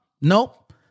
Nope